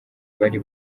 bari